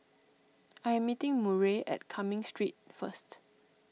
I am meeting Murray at Cumming Street first